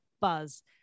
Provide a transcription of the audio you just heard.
buzz